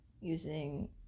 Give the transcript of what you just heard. using